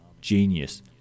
Genius